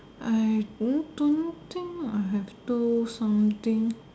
I hmm don't thing I have do something